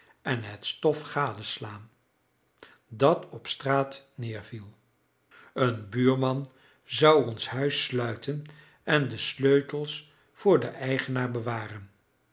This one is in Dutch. en het stof gadeslaan dat op straat neerviel een buurman zou ons huis sluiten en de sleutels voor den eigenaar bewaren